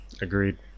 Agreed